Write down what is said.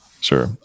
Sure